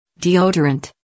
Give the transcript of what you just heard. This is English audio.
Deodorant